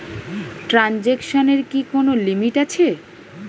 ট্রানজেকশনের কি কোন লিমিট আছে?